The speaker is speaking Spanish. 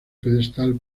pedestal